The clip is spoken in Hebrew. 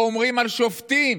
אומרים על שופטים: